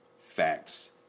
facts